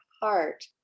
heart